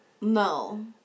No